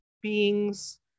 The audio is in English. beings